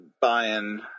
buying